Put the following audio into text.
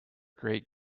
great